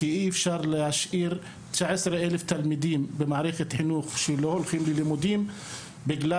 אי אפשר ש-19 אלף תלמידים יישארו בבית ולא ילכו לבתי הספר בגלל